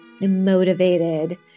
motivated